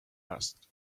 asked